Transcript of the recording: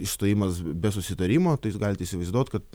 išstojimas be susitarimo tai jūs galit įsivaizduot kad